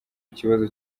kibazo